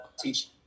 teach